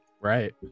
Right